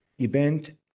event